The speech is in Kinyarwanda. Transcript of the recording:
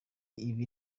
iba